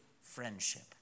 friendship